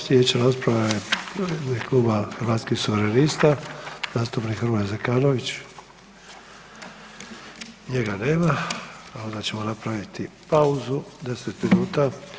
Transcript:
Slijedeća rasprava je u ime Kluba Hrvatskih suverenista, zastupnik Hrvoje Zekanović, njega nema, pa onda ćemo napraviti pauzu 10 minuta.